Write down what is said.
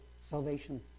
salvation